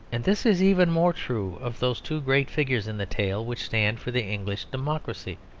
and this is even more true of those two great figures in the tale which stand for the english democracy.